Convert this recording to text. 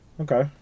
Okay